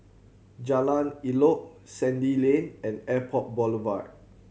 Jalan Elok Sandy Lane and Airport Boulevard